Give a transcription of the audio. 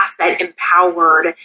asset-empowered